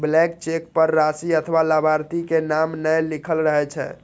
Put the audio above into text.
blank cheque पर राशि अथवा लाभार्थी के नाम नै लिखल रहै छै